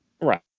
Right